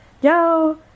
yo